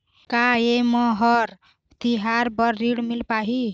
का ये म हर तिहार बर ऋण मिल पाही?